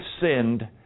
sinned